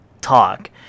talk